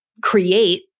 create